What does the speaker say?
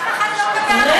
אף אחד לא מדבר על החוק.